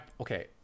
okay